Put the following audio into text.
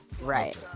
right